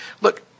look